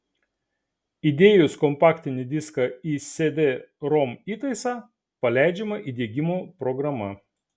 įdėjus kompaktinį diską į cd rom įtaisą paleidžiama įdiegimo programa